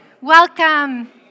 Welcome